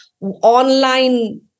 online